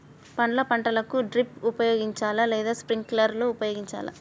పండ్ల పంటలకు డ్రిప్ ఉపయోగించాలా లేదా స్ప్రింక్లర్ ఉపయోగించాలా?